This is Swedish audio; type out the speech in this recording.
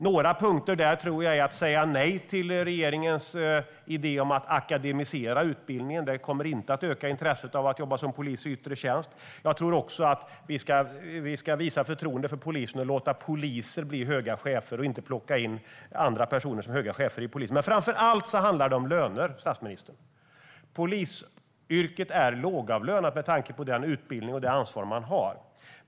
En punkt tror jag är att säga nej till regeringens idé om att akademisera utbildningen. Det kommer inte att öka intresset för att jobba som polis i yttre tjänst. Jag tror också att vi ska visa förtroende för polisen och låta poliser bli höga chefer i stället för att plocka in andra personer som höga chefer inom polisen. Framför allt handlar det dock om löner, statsministern. Polisyrket är lågavlönat med tanke på den utbildning och det ansvar man har.